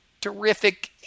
terrific